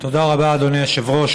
תודה רבה, אדוני היושב-ראש.